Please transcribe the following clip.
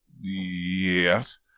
Yes